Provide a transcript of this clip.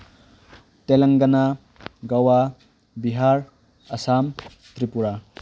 Telangana Goa Bihar Assam Tripura